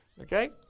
Okay